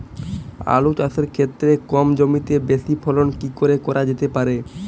আলু চাষের ক্ষেত্রে কম জমিতে বেশি ফলন কি করে করা যেতে পারে?